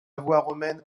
romaine